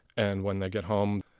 and when they get home,